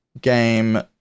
game